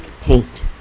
paint